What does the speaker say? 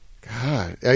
God